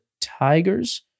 Tigers